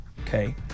Okay